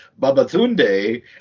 Babatunde